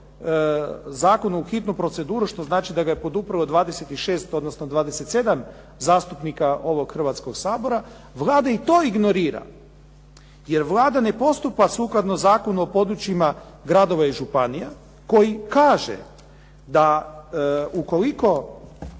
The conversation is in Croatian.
zakon u hitnu proceduru, što znači da ga je poduprlo 26, odnosno 27 zastupnika ovog Hrvatskog sabora, Vlada i to ignorira. Jer Vlada ne postupa sukladno Zakonu o područjima gradova i županija koji kaže da ukoliko